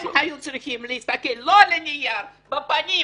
הם היו צריכים להסתכל לא על הנייר אלא בפנים,